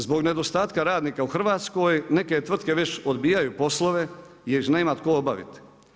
Zbog nedostatka radnika u Hrvatskoj neke tvrtke već odbijaju poslove jer ih nema tko obaviti.